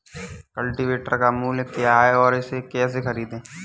Cultivator का मूल्य क्या है और इसे कैसे खरीदें?